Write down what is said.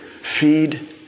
Feed